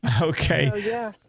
Okay